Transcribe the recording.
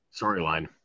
storyline